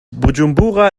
bujumbura